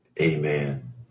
Amen